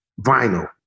vinyl